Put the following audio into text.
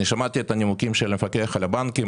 שמעתי את הנימוקים של המפקח על הבנקים